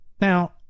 Now